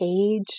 age